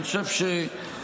אני חושב שהלשכה,